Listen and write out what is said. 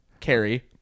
carrie